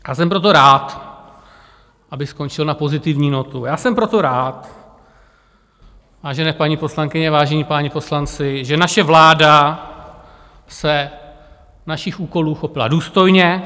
A jsem proto rád abych skončil na pozitivní notu já jsem proto rád, vážené paní poslankyně, vážení páni poslanci, že naše vláda se našich úkolů chopila důstojně.